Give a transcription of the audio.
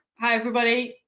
hi, everybody.